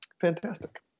Fantastic